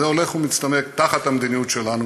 הולך ומצטמק תחת המדיניות שלנו,